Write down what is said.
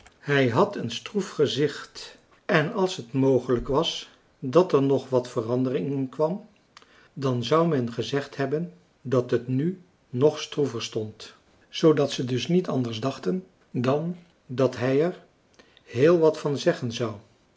hij had een stroef gezicht en als het mogelijk was dat er nog wat verandering in kwam dan zou men gezegd hebben dat het nu nog stroever stond zoodat ze dus niet anders dachten dan dat hij er heel wat van zeggen zou